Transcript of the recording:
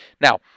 Now